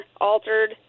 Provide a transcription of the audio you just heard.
Altered